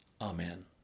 Amen